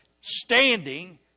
standing